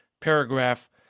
paragraph